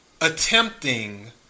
attempting